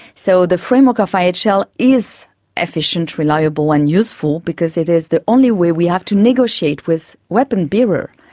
so the framework of ah so ihl is efficient, reliable, and useful because it is the only way we have to negotiate with weapon bearers,